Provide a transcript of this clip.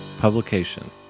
publication